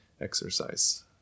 exercise